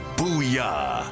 Booyah